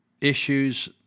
issues